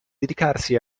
dedicarsi